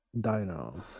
dino